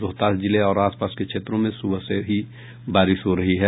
रोहतास जिले और आस पास के क्षेत्रों में सुबह से ही बारिश हो रही है